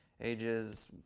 ages